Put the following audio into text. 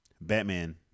Batman